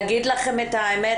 להגיד לכם את האמת,